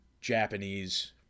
Japanese